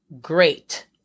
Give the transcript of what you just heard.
great